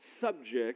subject